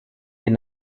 den